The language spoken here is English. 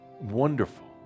Wonderful